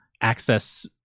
access